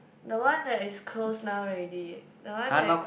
the one that is close now already the one that